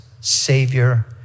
Savior